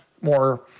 more